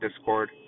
discord